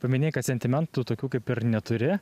paminėjai kad sentimentų tokių kaip ir neturi